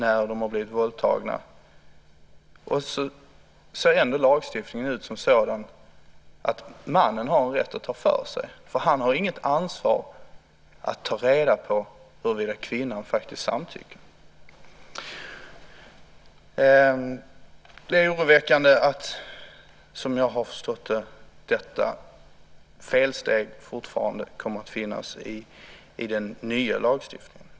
Ändå ser lagstiftningen sådan ut att mannen har en rätt att ta för sig. Han har inget ansvar att ta reda på huruvida kvinnan faktiskt samtycker. Det är oroväckande att, som jag har förstått det, denna felsyn fortfarande kommer att finnas i den nya lagstiftningen.